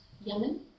Yemen